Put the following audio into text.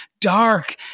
dark